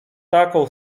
taką